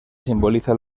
simboliza